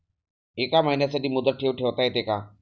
एका महिन्यासाठी मुदत ठेव ठेवता येते का?